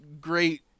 great